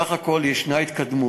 בסך הכול יש התקדמות.